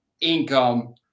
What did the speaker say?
income